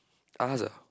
us ah